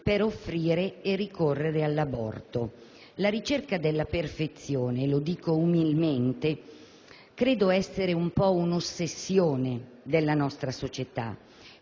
per offrire e ricorrere all'aborto. La ricerca della perfezione, lo dico umilmente, credo sia un po' un'ossessione della nostra società